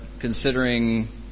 considering